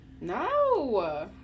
No